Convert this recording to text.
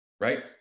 Right